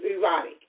erotic